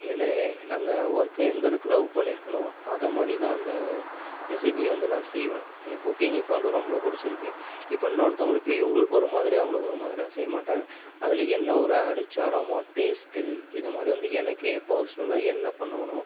ஏன்னால் அந்த ஒர்க்கை எந்த அளவுக்கு லவ் பண்ணிருக்கனோ அதைமாதிரி தான் அந்த ரெசிபியை வந்து நான் செய்வேன் எனக்கு குக்கிங் இப்போ வந்து ரொம்ப பிடிச்சிருக்கு இப்போ இன்னோருத்தவங்களுக்கு இவங்களுக்கு ஒரு மாதிரி அவங்களுக்கு ஒரு மாதிரிலாம் செய்யமாட்டேன் அதில் என்ன ஒரு அரிசரமோ டேஸ்ட்டு இதை மாதிரி வந்து எனக்கு பர்ஸ்னலாக என்ன பண்ணுவனோ